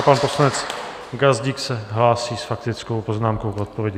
Pan poslanec Gazdík se hlásí s faktickou poznámkou v odpovědi.